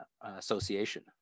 association